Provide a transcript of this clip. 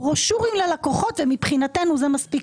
ברושורים ללקוחות מבחינתנו זה מספיק,